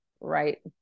right